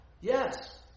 Yes